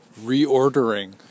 reordering